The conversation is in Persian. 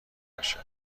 بشه